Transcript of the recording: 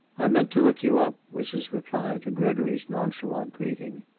i meant to look you up, was his reply to gregory's nonchalant greeting.